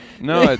No